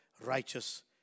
righteous